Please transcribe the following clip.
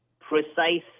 precise